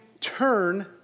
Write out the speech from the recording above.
turn